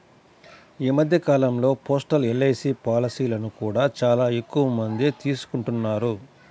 ఈ మధ్య కాలంలో పోస్టల్ ఎల్.ఐ.సీ పాలసీలను కూడా చాలా ఎక్కువమందే తీసుకుంటున్నారు